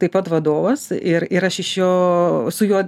taip pat vadovas ir ir aš iš jo su juo